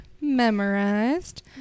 memorized